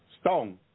stone